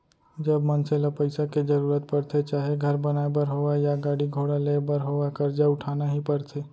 जब मनसे ल पइसा के जरुरत परथे चाहे घर बनाए बर होवय या गाड़ी घोड़ा लेय बर होवय करजा उठाना ही परथे